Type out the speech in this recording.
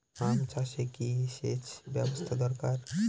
আম চাষে কি সেচ ব্যবস্থা দরকার?